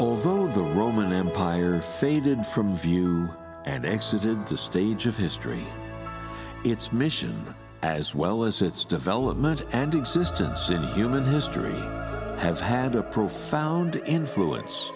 christians the roman empire faded from view and exited the stage of history its mission as well as its development and existence in human history has had a profound influence